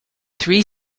three